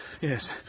Yes